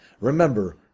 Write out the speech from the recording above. Remember